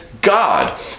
God